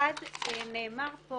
אחד נאמר פה